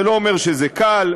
זה לא אומר שזה קל.